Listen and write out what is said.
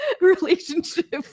relationship